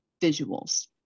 visuals